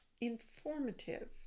informative